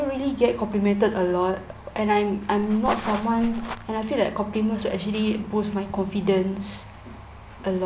really get complimented a lot and I'm I'm not someone and I feel like compliments will actually boost my confidence a lot